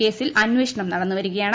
കേസിൽ അന്വേഷ്ണർ നടന്നു വരികയാണ്